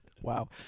Wow